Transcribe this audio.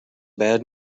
bad